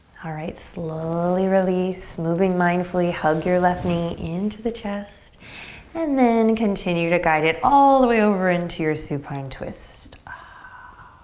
alright, slowly release, moving mindfully, hug you left knee into the chest and then continue to guide it all the way over into your supine twist. ah